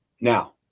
Now